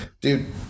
dude